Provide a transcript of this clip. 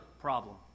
problem